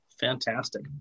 Fantastic